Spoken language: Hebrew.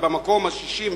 היא במקום ה-60,